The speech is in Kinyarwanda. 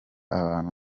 abantu